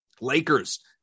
Lakers